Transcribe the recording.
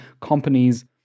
companies